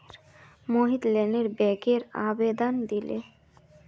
मोहित लोनेर बैंकत आवेदन दिले